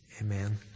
amen